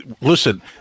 Listen